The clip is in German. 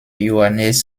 johannes